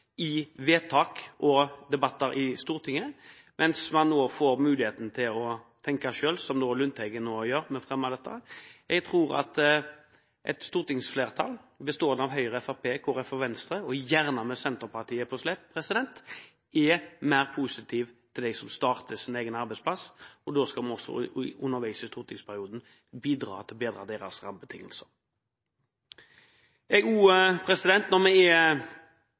i vedtak og i debatter i Stortinget, mens man nå får muligheten til å tenke selv, som Lundteigen gjør når vi fremmer dette. Jeg tror at et stortingsflertall bestående av Høyre, Fremskrittspartiet, Kristelig Folkeparti og Venstre, og gjerne med Senterpartiet på slep, er mer positiv til dem som skaper sin egen arbeidsplass, og da skal vi også underveis i stortingsperioden bidra til å bedre deres rammebetingelser. Når vi er inne i den siste runden med